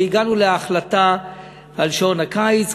והגענו להחלטה על שעון הקיץ,